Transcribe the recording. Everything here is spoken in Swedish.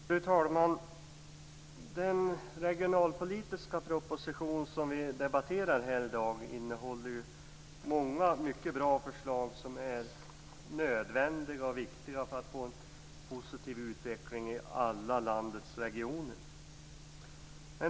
Fru talman! Den regionalpolitiska proposition som vi debatterar i dag innehåller många bra förslag som är nödvändiga och viktiga för att få en positiv utveckling i alla landets regioner.